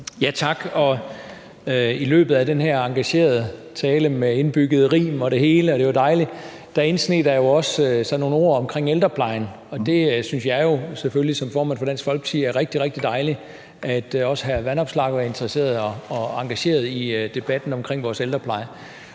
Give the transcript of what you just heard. Tak. I løbet af den her engagerede tale med indbyggede rim og det hele, og det er jo dejligt, indsneg der sig også nogle ord omkring ældreplejen, og jeg synes jo som formand for Dansk Folkeparti selvfølgelig, at det er rigtig, rigtig dejligt, at også hr. Vanopslagh er interesseret og engageret i debatten omkring vores ældrepleje.